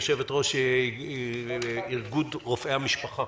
יושבת-ראש איגוד רופאי המשפחה